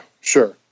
sure